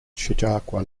chautauqua